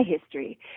history